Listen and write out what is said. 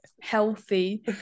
healthy